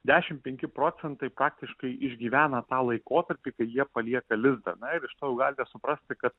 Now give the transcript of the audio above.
dešim penki procentai faktiškai išgyvena tą laikotarpį kai jie palieka lizdą na ir iš to jau galite suprasti kad